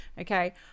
Okay